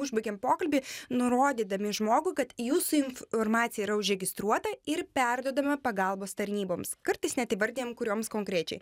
užbaigiam pokalbį nurodydami žmogui kad jūsų informacija yra užregistruota ir perduodama pagalbos tarnyboms kartais net įvardijam kurioms konkrečiai